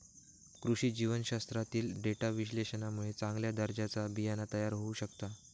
कृषी जीवशास्त्रातील डेटा विश्लेषणामुळे चांगल्या दर्जाचा बियाणा तयार होऊ शकता